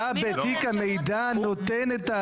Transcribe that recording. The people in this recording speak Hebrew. אתה נציג המידע נותן,